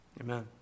Amen